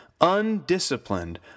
undisciplined